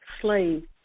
slave